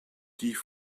die